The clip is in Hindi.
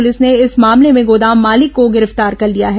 पुलिस ने इस मामले में गोदाम मालिक को गिरफ्तार कर लिया है